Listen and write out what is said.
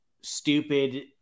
stupid